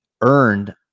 earned